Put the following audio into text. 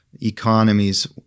Economies